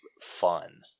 fun